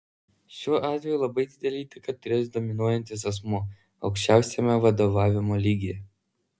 šiuo atveju labai didelę įtaką turės dominuojantis asmuo aukščiausiame vadovavimo lygyje